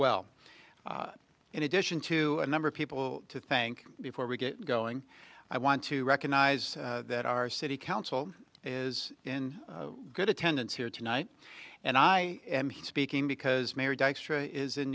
well in addition to a number of people to think before we get going i want to recognize that our city council is in good attendance here tonight and i am he speaking because